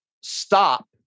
stop